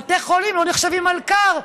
בתי חולים לא נחשבים מלכ"ר.